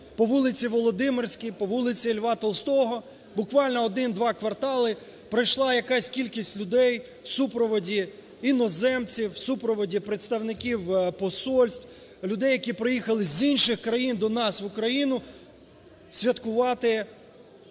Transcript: по вулиці Володимирській, по вулиці Льва Толстого буквально один-два квартали пройшла якась кількість людей в супроводі іноземців, в супроводів представників посольств, людей які приїхали з інших країн до нас в Україну святкувати